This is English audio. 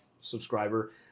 subscriber